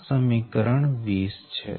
આ સમીકરણ 20 છે